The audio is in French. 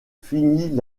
finit